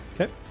Okay